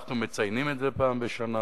אנחנו מציינים את זה פעם בשנה,